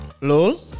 lol